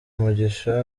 umugisha